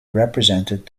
represented